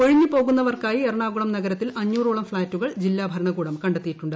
ഒഴിഞ്ഞുപോകുന്നവർക്കായി എറണാകുളം നഗരത്തിൽ അഞ്ഞൂറോളം ഫ്ളാറ്റുകൾ ജില്ലാ ഭരണകൂടം കണ്ടെത്തിയിട്ടുണ്ട്